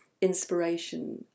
inspiration